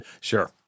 Sure